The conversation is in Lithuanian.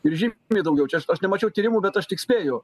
ir žymiai daugiau čia aš aš nemačiau tyrimų bet aš tik spėju